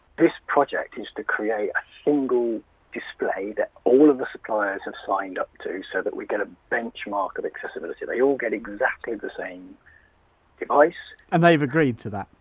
this project is to create a single display that all of the suppliers have signed up to, so that we get a benchmark of accessibility, they all get exactly the same device and they've agreed to that?